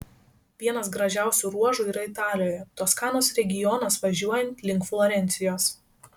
vienas gražiausių ruožų yra italijoje toskanos regionas važiuojant link florencijos